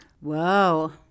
Whoa